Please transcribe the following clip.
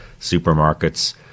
supermarkets